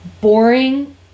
boring